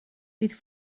bydd